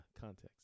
context